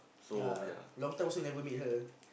ya long time also never meet her